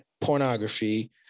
pornography